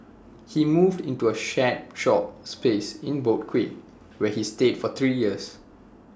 he moved into A shared shop space in boat quay where he stayed for three years